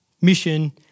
mission